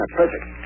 perfect